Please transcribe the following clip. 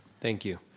thank you.